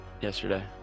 yesterday